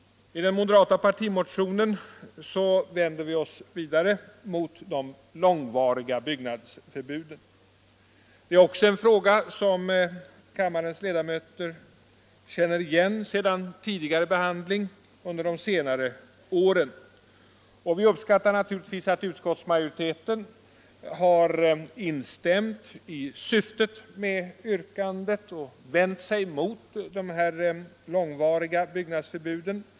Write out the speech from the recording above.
I den moderata partimotionen vänder vi oss vidare mot de långvariga byggnadsförbuden. Också det är en fråga som kammarens ledamöter känner igen sedan tidigare behandling under de senare åren. Vi uppskattar naturligtvis att utskottsmajoriteten har instämt i syftet med yrkandet och vänt sig mot de långvariga byggnadsförbuden.